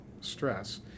stress